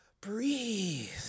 breathe